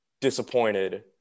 disappointed